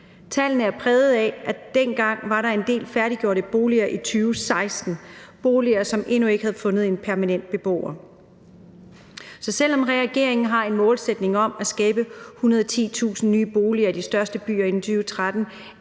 Tallene er præget af, at der dengang var en del færdiggjorte boliger i 2016, boliger, som endnu ikke havde fundet en permanent beboer. Så selv om regeringen har en målsætning om at skabe 110.000 nye boliger i de største byer inden 2023,